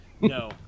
No